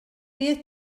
beth